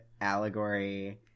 allegory